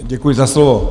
Děkuji za slovo.